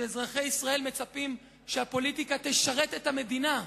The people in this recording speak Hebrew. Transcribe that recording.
שאזרחי ישראל מצפים שהפוליטיקה תשרת את המדינה.